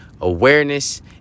awareness